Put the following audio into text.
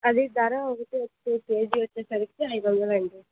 అది ధర ఒకటి వచ్చి కేజీ వచ్చేసరికి ఐడు వందలు అండి